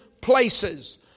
places